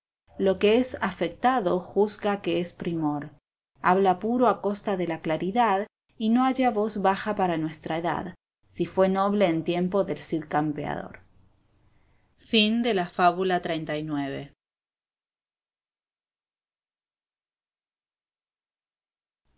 lo que es afectado juzga que es primor habla puro a costa de la claridad y no halla voz baja para nuestra edad si fué noble en tiempo del cid campeador fábula xl